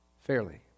fairly